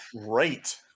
great